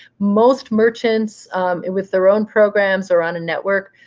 most merchants with their own programs or on a network,